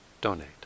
donate